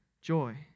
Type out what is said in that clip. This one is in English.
joy